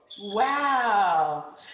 Wow